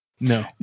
No